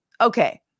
Okay